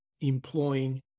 employing